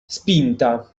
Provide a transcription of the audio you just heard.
spinta